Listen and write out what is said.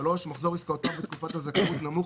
(3)מחזור עסקאותיו בתקופת הזכאות נמוך